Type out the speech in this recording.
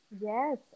Yes